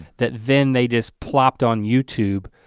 that then they just plopped on youtube.